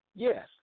Yes